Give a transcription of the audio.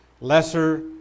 lesser